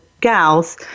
gals